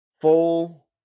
full